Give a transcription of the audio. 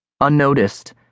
Unnoticed